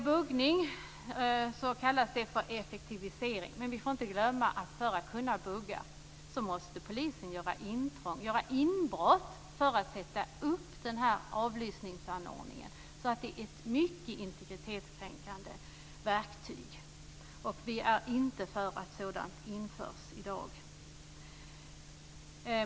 Buggning kallas här för effektivisering. Men vi får inte glömma att för att kunna bugga måste polisen göra intrång, att man måste göra inbrott för att kunna sätta upp den här avlyssningsanordningen. Det är alltså ett mycket integritetskränkande verktyg, och vi är inte för att sådant införs.